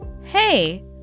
hey